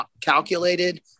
calculated